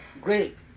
great